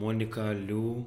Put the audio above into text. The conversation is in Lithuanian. monika liu